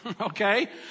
Okay